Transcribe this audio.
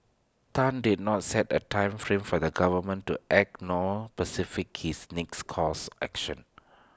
Tan did not set A time frame for the government to act nor specified his next course action